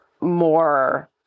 more